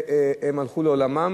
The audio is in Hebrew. והם הלכו לעולמם